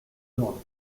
l’ordre